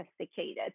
sophisticated